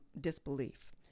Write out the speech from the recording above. disbelief